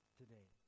today